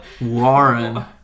Warren